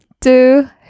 two